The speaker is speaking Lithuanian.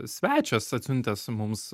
svečias atsiuntęs mums